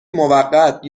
موقت